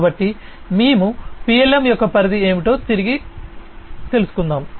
కాబట్టి మేము PLM యొక్క పరిధి ఏమిటో తిరిగి వెళ్తాము